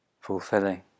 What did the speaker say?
fulfilling